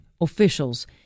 officials